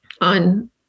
on